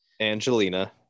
Angelina